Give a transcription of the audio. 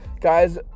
Guys